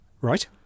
Right